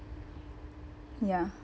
ya